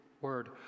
word